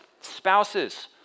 spouses